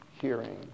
hearing